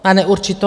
Na neurčito!